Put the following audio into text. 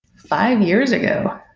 five years ago.